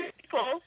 people